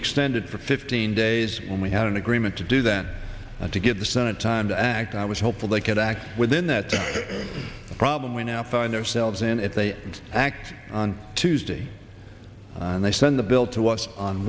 extended for fifteen days when we had an agreement to do that to get the senate time to act i was hopeful they could act within that problem we now find ourselves in if they act on tuesday and they send the bill to